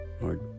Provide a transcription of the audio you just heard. Lord